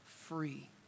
free